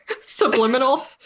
Subliminal